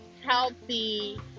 healthy